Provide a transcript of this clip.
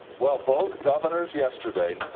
well, both governors yesterday,